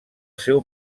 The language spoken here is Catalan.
seu